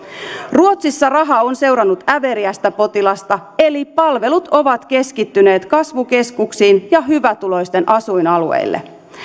ruotsissa raha on seurannut äveriästä potilasta eli palvelut ovat keskittyneet kasvukeskuksiin ja hyvätuloisten asuinalueille